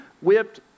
whipped